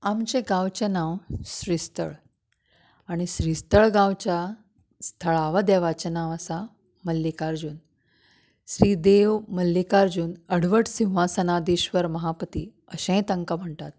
आमचें गांवचें नांव श्रीस्थळ आनी श्रीस्थळ गांवच्या स्थळाव्या देवाचें नांव आसा मल्लिकार्जुन श्री देव मल्लिकार्जुन अडवड शिंवसादेश्वर महापती अशेंय तांकां म्हणटात